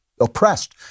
oppressed